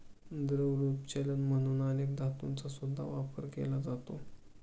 द्रवरूप चलन म्हणून अनेक धातूंचा सुद्धा वापर केला जातो